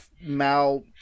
mal